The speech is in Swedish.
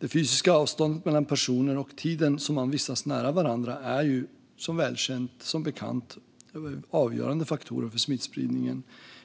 Det fysiska avståndet mellan personer och tiden som man vistas nära varandra är, som bekant, avgörande faktorer för smittspridningen,